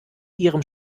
ihrem